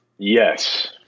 yes